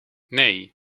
nee